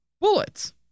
Bullets